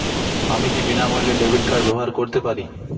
আমি কি বিনামূল্যে ডেবিট কার্ড ব্যাবহার করতে পারি?